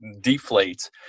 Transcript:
deflate